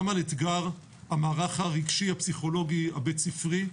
על אתגר המערך הרגשי-הפסיכולוגי הבית-ספרי.